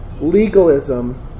legalism